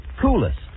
coolest